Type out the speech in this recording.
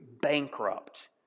bankrupt